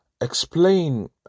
explain